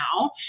now